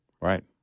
Right